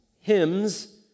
hymns